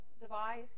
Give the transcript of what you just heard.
device